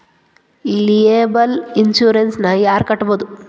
Liable insurance ನ ಯಾರ್ ಕಟ್ಬೊದು?